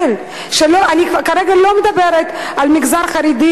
אני כרגע לא מדברת על המגזר החרדי,